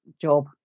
job